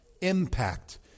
impact